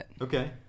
Okay